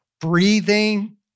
breathing